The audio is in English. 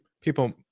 people